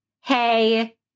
hey